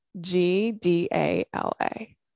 G-D-A-L-A